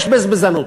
יש בזבזנות.